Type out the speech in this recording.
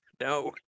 No